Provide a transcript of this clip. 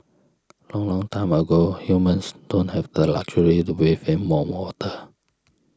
long long time ago humans don't have the luxury to bathe in warm water